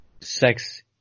Sex